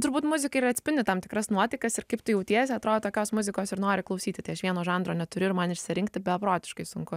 turbūt muzika ir atspindi tam tikras nuotaikas ir kaip tu jautiesi atrodo tokios muzikos ir nori klausyti tai aš vieno žanro neturiu ir man išsirinkti beprotiškai sunku